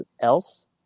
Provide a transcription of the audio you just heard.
else